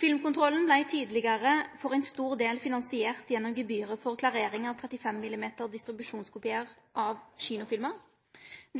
Filmkontrollen vart tidlegare for ein stor del finansiert gjennom gebyret for klarering av 35 mm distribusjonskopiar av kinofilmar.